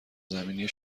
زمینی